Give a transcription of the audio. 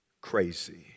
crazy